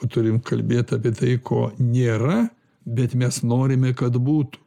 o turim kalbėt apie tai ko nėra bet mes norime kad būtų